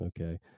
okay